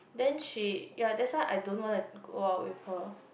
then she ya that's why I don't want to go out with her